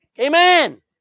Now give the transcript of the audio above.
Amen